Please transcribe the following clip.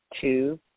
two